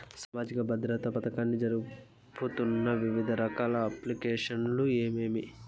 సామాజిక భద్రత పథకాన్ని జరుపుతున్న వివిధ రకాల అప్లికేషన్లు ఏమేమి?